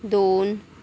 दोन